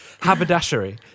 haberdashery